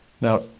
Now